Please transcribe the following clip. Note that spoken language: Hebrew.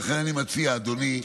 לכן אני מציע, אדוני,